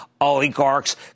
oligarchs